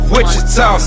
Wichita